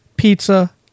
pizza